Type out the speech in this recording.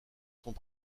sont